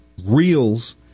reels